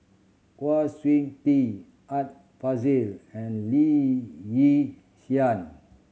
Kwa Siew Tee Art Fazil and Lee Yi Shyan